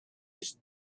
his